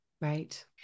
right